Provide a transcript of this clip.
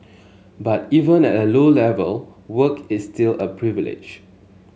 but even at a low level work is still a privilege